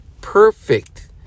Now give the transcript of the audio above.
perfect